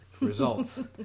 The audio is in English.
results